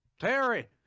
Terry